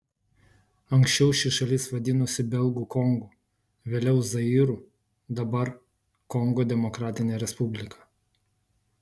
anksčiau ši šalis vadinosi belgų kongu vėliau zairu dabar kongo demokratinė respublika